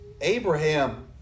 Abraham